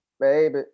Baby